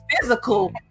physical